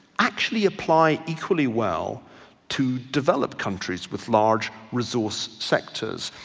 actually apply equally well to developed countries with large resource sectors.